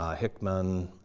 ah hickman,